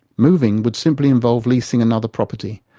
moving would simply involve leasing another property,